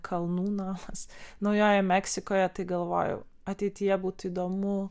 kalnų namas naujojoje meksikoje tai galvojau ateityje būtų įdomu